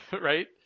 Right